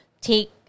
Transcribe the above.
take